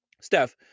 Steph